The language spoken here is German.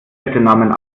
städtenamen